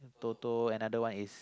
Toto another one is